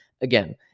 Again